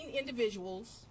individuals